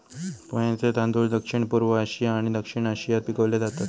पोह्यांचे तांदूळ दक्षिणपूर्व आशिया आणि दक्षिण आशियात पिकवले जातत